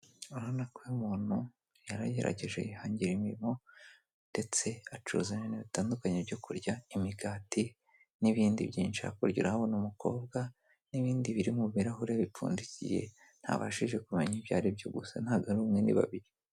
Urabona ko uyu muntu yaragerageje yihangira imirimo ndetse acuruza ibintu bitandukanye byo kurya imigati n'ibindi byinshi hakurya urahabona umukobwa n'ibindi biri mu birahure bipfundikiye ntabashije kumenya ibyo aribyo gusa ntabwo ari umwe babiri.